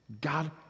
God